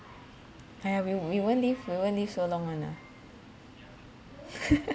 !haiya! we we won't live we won't live so long [one] lah